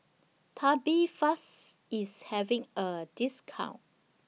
Tubifast IS having A discount